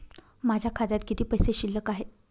माझ्या खात्यात किती पैसे शिल्लक आहेत?